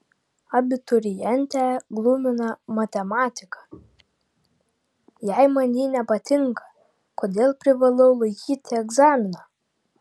abiturientę glumina matematika jei man ji nepatinka kodėl privalau laikyti egzaminą